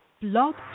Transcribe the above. Blog